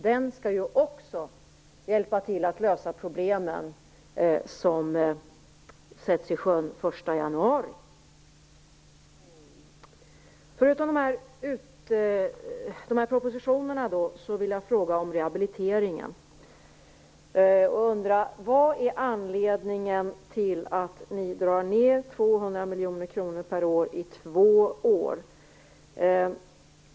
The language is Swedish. Den skall ju också hjälpa till att lösa de problem som sätts i sjön den 1 januari. Förutom om dessa propositioner vill jag fråga om rehabiliteringen. Vad är anledningen till att ni drar ned den med 200 miljoner kronor per år i två år?